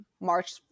march